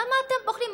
למה אתם פוחדים?